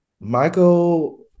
michael